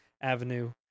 avenue